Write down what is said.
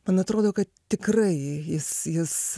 man atrodo kad tikrai jis jis